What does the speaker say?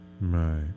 Right